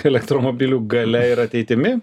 elektromobilių galia ir ateitimi